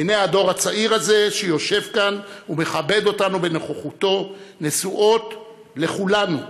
עיני הדור הצעיר הזה שיושב כאן ומכבד אותנו בנוכחותו נשואות אל כולנו,